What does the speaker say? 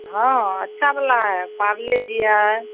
हाँ अच्छा वाला है पारले जी है